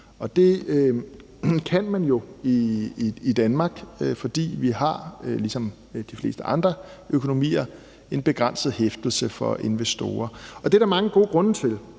Det kan man jo i Danmark, fordi vi ligesom de fleste andre økonomier har en begrænset hæftelse for investorer. Det er der mange gode grunde til.